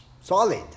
solid